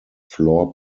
floor